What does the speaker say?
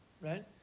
right